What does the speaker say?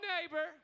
neighbor